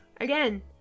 Again